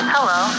Hello